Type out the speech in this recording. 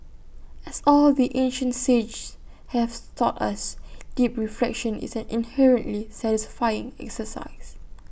as all the ancient sages have taught us deep reflection is an inherently satisfying exercise